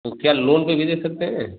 तो क्या लोन पर भी दे सकते हैं